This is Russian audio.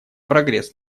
прогресс